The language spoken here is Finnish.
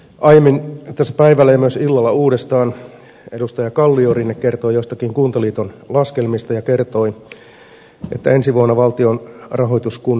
aiemmin tässä päivällä ja myös illalla uudestaan edustaja kalliorinne kertoi joistain kuntaliiton laskelmista ja kertoi että ensi vuonna valtion rahoitus kunnille kasvaa